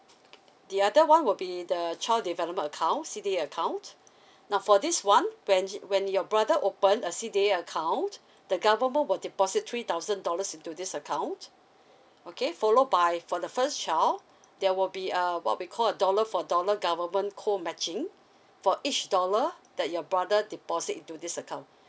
the other [one] will be the child develop account C_D_A account now for this [one] when when your brother open a C_D_A account the government will deposit three thousand dollars into this account okay follow by for the first child there will be a what we call a dollar for dollar government co matching for each dollar that your brother deposit into this account